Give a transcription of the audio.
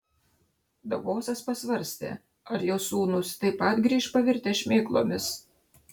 davosas pasvarstė ar jo sūnūs taip pat grįš pavirtę šmėklomis